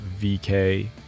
vk